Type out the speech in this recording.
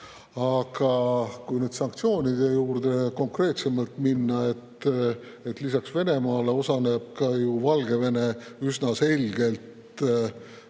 Aga kui nüüd sanktsioonide juurde konkreetsemalt minna, lisaks Venemaale osaleb ka Valgevene üsna selgelt